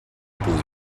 puny